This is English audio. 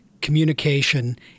communication